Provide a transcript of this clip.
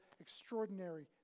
extraordinary